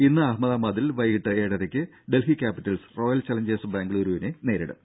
ഇന്ന് അഹമ്മദാബാദിൽ വൈകീട്ട് ഏഴരയ്ക്ക് ഡൽഹി ക്യാപിറ്റൽസ് റോയൽ ചലഞ്ചേഴ്സ് ബാംഗ്ലൂരിനെ നേരിടും